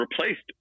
replaced